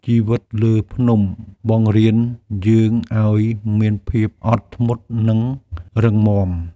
ជីវិតលើភ្នំបង្រៀនយើងឱ្យមានភាពអត់ធ្មត់ និងរឹងមាំ។